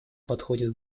подходит